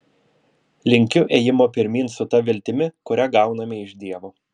linkiu ėjimo pirmyn su ta viltimi kurią gauname iš dievo